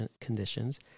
conditions